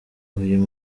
uyu